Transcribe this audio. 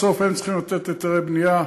בסוף הם צריכים לתת היתרי בנייה,